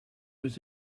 was